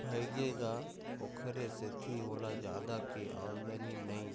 भइगे गा ओखरे सेती ओला जादा के आमदानी नइ